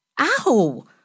Ow